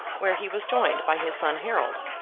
where he was joined by his son harold,